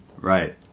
right